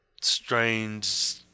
strange